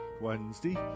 Wednesday